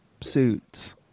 suits